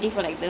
mm